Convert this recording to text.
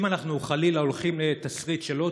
אם אנחנו חלילה הולכים לתסריט של עוד